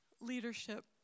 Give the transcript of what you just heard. leadership